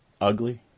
ugly